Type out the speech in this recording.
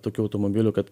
tokių automobilių kad